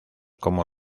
como